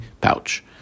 pouch